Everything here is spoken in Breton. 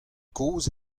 kozh